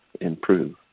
improve